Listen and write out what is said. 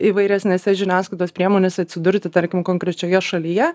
įvairesnėse žiniasklaidos priemonėse atsidurti tarkim konkrečioje šalyje